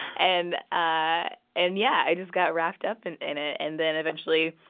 and ah and yeah, i just got wrapped up and in it, and then eventually,